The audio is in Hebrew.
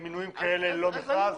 אני נגד מינויים כאלה ללא מכרז,